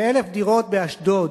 ו-1,000 דירות באשדוד.